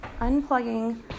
unplugging